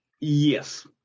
Yes